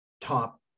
top